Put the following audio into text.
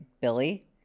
billy